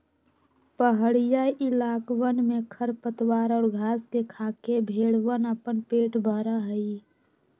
पहड़ीया इलाकवन में खरपतवार और घास के खाके भेंड़वन अपन पेट भरा हई